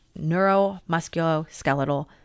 neuromusculoskeletal